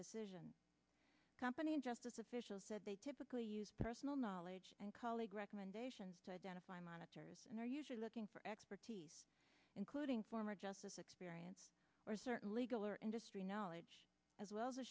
decision company and justice officials said they typically use personal knowledge and colleague recommendations to identify monitors and are usually looking for expertise including former justice experience or certain legal or industry knowledge as well as